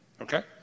Okay